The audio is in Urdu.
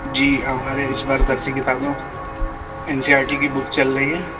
جی ہمارے اِس بار درسی کتابوں این سی آر ٹی کی بک چل رہی ہیں